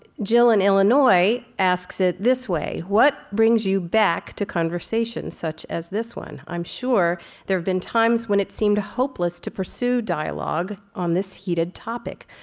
jill in illinois asks it this way what brings you back to conversations such as this one? i'm sure there have been times when it seemed hopeless to pursue dialogue on this heated topic.